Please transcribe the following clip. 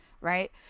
right